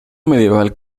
medieval